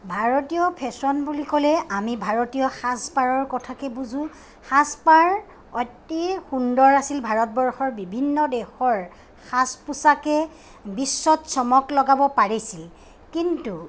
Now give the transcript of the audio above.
ভাৰতীয় ফেশ্বন বুলি ক'লে আমি ভাৰতীয় সাজপাৰৰ কথাকে বুজো সাজপাৰ অতি সুন্দৰ আছিল ভাৰতবৰ্ষৰ বিভিন্ন দেশৰ সাজ পোচাকে বিশ্বত চমক লগাব পাৰিছিল কিন্তু